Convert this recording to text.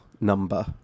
number